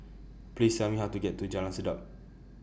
Please Tell Me How to get to Jalan Sedap